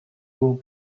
will